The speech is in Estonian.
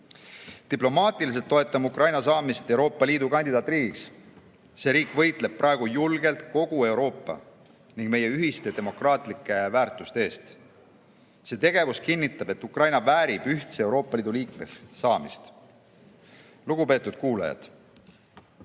Diplomaatiliselt toetame Ukraina saamist Euroopa Liidu kandidaatriigiks. See riik võitleb praegu julgelt kogu Euroopa ning meie ühiste demokraatlike väärtuste eest. See tegevus kinnitab, et Ukraina väärib ühtse Euroopa Liidu liikmeks saamist. Lugupeetud kuulajad!